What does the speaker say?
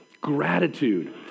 Gratitude